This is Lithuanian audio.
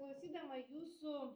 klausydama jūsų